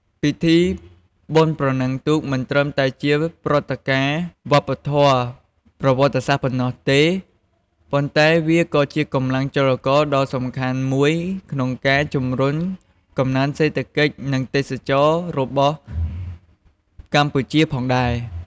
ពិធីបុណ្យប្រណាំងទូកមិនត្រឹមតែជាព្រឹត្តិការណ៍វប្បធម៌ប្រវត្តិសាស្ត្រប៉ុណ្ណោះទេ ប៉ុន្តែវាក៏ជាកម្លាំងចលករដ៏សំខាន់មួយក្នុងការជំរុញកំណើនសេដ្ឋកិច្ច និងទេសចរណ៍របស់កម្ពុជាផងដែរ។